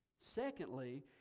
secondly